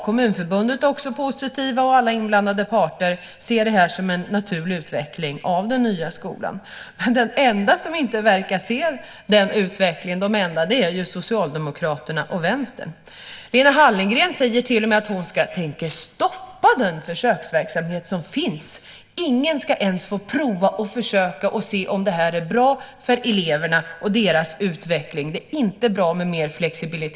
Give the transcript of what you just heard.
Kommunförbundet är också positiva. Alla inblandade parter ser det här som en naturlig utveckling av den nya skolan. De enda som inte verkar se den utvecklingen är ju Socialdemokraterna och Vänstern. Lena Hallengren säger till och med att hon tänker stoppa den försöksverksamhet som finns. Ingen ska ens få försöka och se om det här är bra för eleverna och deras utveckling. Det är inte bra med mer flexibilitet.